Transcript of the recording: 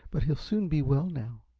but he'll soon be well now.